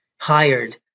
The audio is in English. hired